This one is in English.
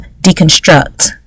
deconstruct